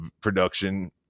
production